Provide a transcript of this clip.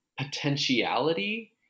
potentiality